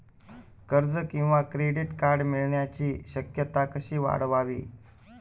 कर्ज किंवा credit card मिळण्याची शक्यता कशी वाढवावी?